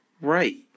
Right